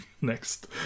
next